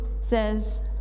says